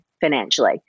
financially